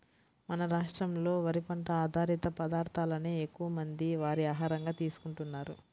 మన రాష్ట్రంలో వరి పంట ఆధారిత పదార్ధాలనే ఎక్కువమంది వారి ఆహారంగా తీసుకుంటున్నారు